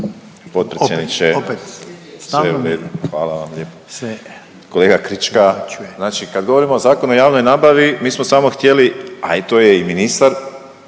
opet, stalno me se…/… Hvala vam lijepo. Kolega Krička, znači kad govorimo o Zakonu o javnoj nabavi mi smo samo htjeli, a i to je i ministar